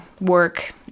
work